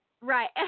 Right